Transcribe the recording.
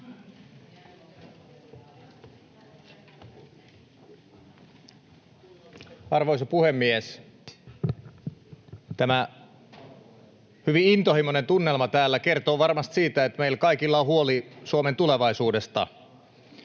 Arvoisa puhemies! Tämä hyvin intohimoinen tunnelma täällä kertoo varmasti siitä, että meillä kaikilla on huoli Suomen tulevaisuudesta.